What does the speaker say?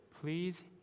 please